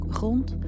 grond